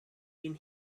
been